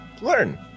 learn